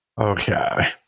Okay